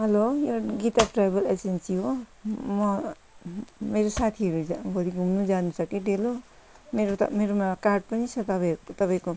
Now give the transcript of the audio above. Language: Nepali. हेलो यो गीता ट्राभल एजेन्सी हो म मेरो साथीहरू जा भोलि घुम्नु जानु छ कि डेलो मेरो त मेरोमा कार्ड पनि छ तपाईँहरूको तपाईँको